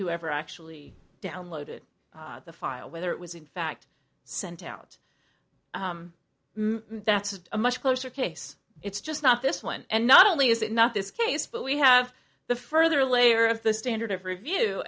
who ever actually downloaded the file whether it was in fact sent out that's a much closer case it's just not this one and not only is it not this case but we have the further layer of the standard of review